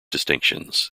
distinctions